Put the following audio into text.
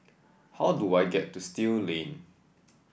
how do I get to Still Lane